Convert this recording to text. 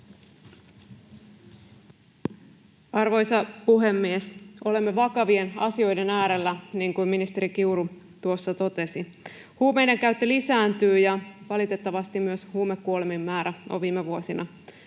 Arvoisa puhemies! Olemme vakavien asioiden äärellä, niin kuin ministeri Kiuru tuossa totesi. Huumeidenkäyttö lisääntyy, ja valitettavasti myös huumekuolemien määrä on viime vuosina lisääntynyt.